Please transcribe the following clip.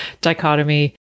dichotomy